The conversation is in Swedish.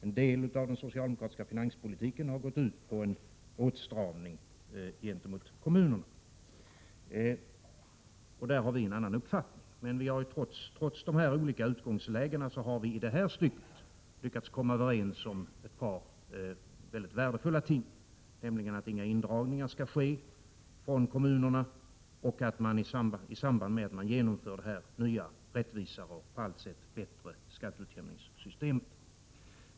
En del av den socialdemokratiska finanspolitiken har gått ut på en åtstramning gentemot kommunerna, och där har vi i vpk en annan uppfattning. Men trots dessa olika utgångslägen har vi i det här stycket lyckats komma överens om något mycket värdefullt, nämligen att inga indragningar skall få ske från kommunerna i samband med att man genomför det här nya rättvisare och på alla sätt bättre skatteutjämningssystemet.